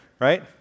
right